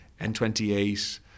N28